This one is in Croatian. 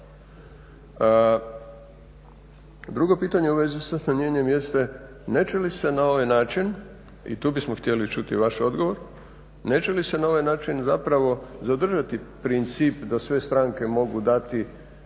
Drugo pitanje u vezi sa smanjenjem jeste neće li se na ovaj način, i tu bismo htjeli čuti vaš odgovor, neće li se na ovaj način zapravo zadržati princip da sve stranke mogu dati,